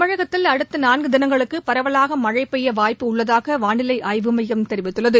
தமிழகத்தில் அடுத்த நான்கு தினங்களுக்கு பரவலாக மழை பெய்ய வாய்ப்பு உள்ளதாக வானிலை ஆய்வு மையம் தெரிவித்துள்ளது